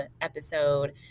episode